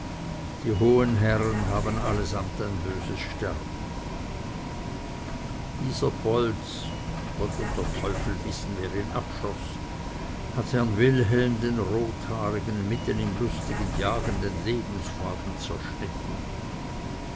die hohen herren haben allesamt ein böses sterben dieser bolz gott und der teufel wissen wer ihn abschoß hat herrn wilhelm dem rothaarigen mitten im lustigen jagen den lebensfaden zerschnitten